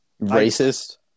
Racist